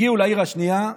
הגיעו לעיר השנייה,